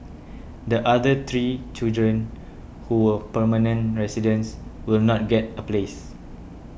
the other three children who were permanent residents will not get a place